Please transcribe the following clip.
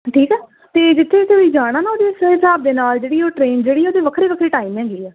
ਠੀਕ ਆ ਅਤੇ ਜਿੱਥੇ ਜਿੱਥੇ ਵੀ ਜਾਣਾ ਨਾ ਉਹਦੇ ਫੇਰ ਹਿਸਾਬ ਦੇ ਨਾਲ ਜਿਹੜੀ ਉਹ ਟ੍ਰੇਨ ਜਿਹੜੀ ਉਹਦੀ ਵੱਖਰੇ ਵੱਖਰੇ ਟਾਈਮ ਹੈਗੀ ਆ